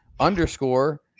underscore